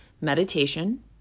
meditation